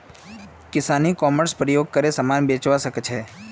किसान e-commerce प्रयोग करे समान बेचवा सकछे